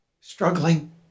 struggling